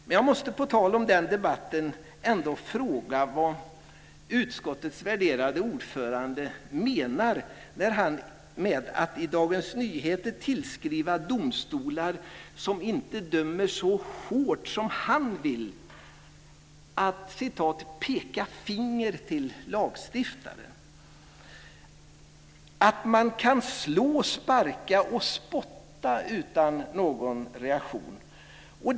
Men jag måste på tal om den debatten ändå fråga vad utskottets värderade ordförande menar med att i Dagens Nyheter tillskriva domstolar, som inte dömer så hårt som han vill, följande. Han talar om "att peka finger till lagstiftaren", att man kan slå, sparka och spotta utan någon reaktion.